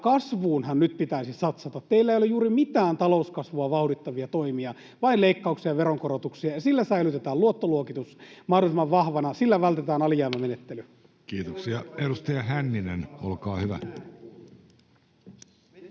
kasvuunhan nyt pitäisi satsata. Teillä ei ole juuri mitään talouskasvua vauhdittavia toimia, vain leikkauksia veronkorotukseen. Sillä säilytetään luottoluokitus mahdollisimman vahvana, sillä vältetään alijäämämenettely. [Ben Zyskowicz: Kuulitteko